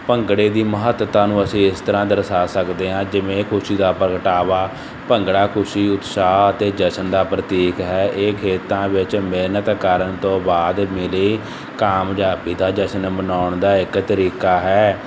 ਭੰਗੜੇ ਦੀ ਮਹੱਤਤਾ ਨੂੰ ਅਸੀਂ ਇਸ ਤਰ੍ਹਾਂ ਦਰਸਾ ਸਕਦੇ ਹਾਂ ਜਿਵੇਂ ਖੁਸ਼ੀ ਦਾ ਪ੍ਰਗਟਾਵਾ ਭੰਗੜਾ ਖੁਸ਼ੀ ਉਤਸ਼ਾਹ ਅਤੇ ਜਸ਼ਨ ਦਾ ਪ੍ਰਤੀਕ ਹੈ ਇਹ ਖੇਤਾਂ ਵਿੱਚ ਮਿਹਨਤ ਕਰਨ ਤੋਂ ਬਾਅਦ ਮਿਲੀ ਕਾਮਯਾਬੀ ਦਾ ਜਸ਼ਨ ਮਨਾਉਣ ਦਾ ਇੱਕ ਤਰੀਕਾ ਹੈ